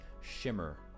shimmer